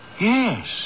Yes